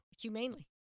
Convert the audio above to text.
Humanely